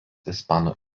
ispanų